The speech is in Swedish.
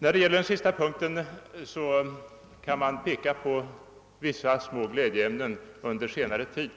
På denna punkt kan man dock peka på vissa små glädjeämnen under senare tid.